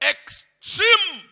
Extreme